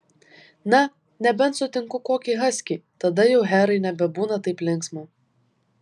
na nebent sutinku kokį haskį tada jau herai nebebūna taip linksma